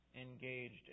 engaged